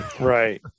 right